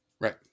Right